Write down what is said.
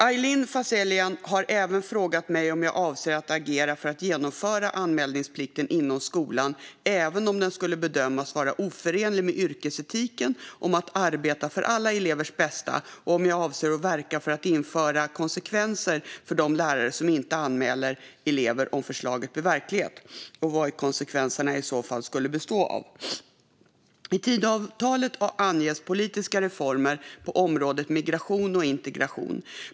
Aylin Fazelian har också frågat mig om jag avser att agera för att genomföra anmälningsplikten inom skolan även om den skulle bedömas vara oförenlig med yrkesetiken om att arbeta för alla elevers bästa, om jag avser att verka för att införa konsekvenser för de lärare som inte anmäler elever om förslaget blir verklighet och vad konsekvenserna i så fall skulle bestå av. I Tidöavtalet anges politiska reformer på området migration och integration.